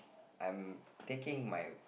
I'm taking my